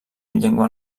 llengua